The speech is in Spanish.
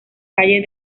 calle